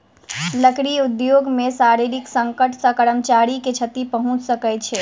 लकड़ी उद्योग मे शारीरिक संकट सॅ कर्मचारी के क्षति पहुंच सकै छै